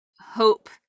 hope